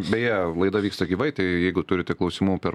beje laida vyksta gyvai tai jeigu turite klausimų per